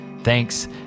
Thanks